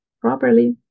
properly